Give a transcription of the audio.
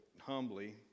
humbly